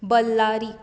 Ballari